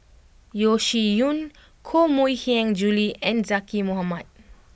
Yeo Shih Yun Koh Mui Hiang Julie and Zaqy Mohamad